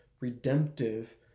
redemptive